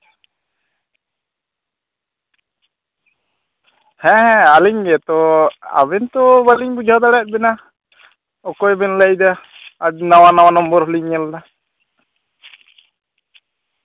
ᱦᱮᱸ ᱦᱮᱸ ᱟᱹᱞᱤᱧ ᱜᱮᱛᱚ ᱟᱹᱵᱤᱱ ᱛᱚ ᱵᱟᱞᱤᱧ ᱵᱩᱡᱷᱟᱹᱣ ᱫᱟᱲᱮᱭᱟᱫ ᱵᱮᱱᱟ ᱚᱠᱚᱭ ᱵᱮᱱ ᱞᱟᱹᱭᱫᱟ ᱟᱹᱰᱤ ᱱᱟᱣᱟ ᱱᱟᱣᱟ ᱱᱚᱢᱵᱚᱨ ᱞᱤᱧ ᱧᱮᱞᱫᱟ